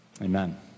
Amen